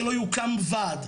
שלא יוקם ועד.